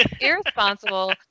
irresponsible